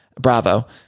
Bravo